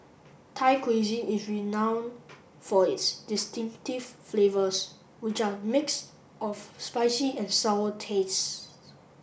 Thai Cuisine is renowned for its distinctive flavours which are mix of spicy and sour tastes